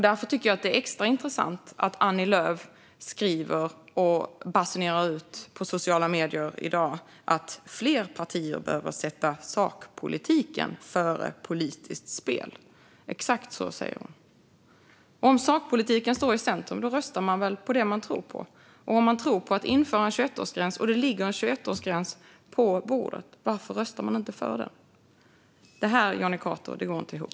Därför är det extra intressant att Annie Lööf på sociala medier i dag basunerar ut att fler partier behöver sätta sakpolitiken före politiskt spel. Exakt så säger hon. Om sakpolitiken står i centrum röstar man väl på det man tror på. Om man tror på att införa en 21-årsgräns, och det ligger ett förslag om en 21årsgräns på bordet, varför röstar man inte för det förslaget? Det här, Jonny Cato, går inte ihop.